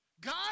God